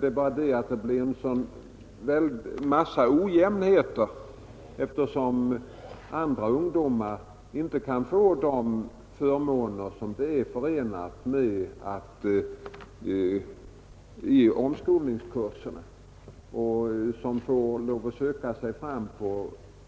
Det är bara det att det blir så många ojämnheter, eftersom andra ungdomar i motsvarande åldrar inte kan få de förmåner som är förenade med omskolningskurserna. De får lov att söka sig fram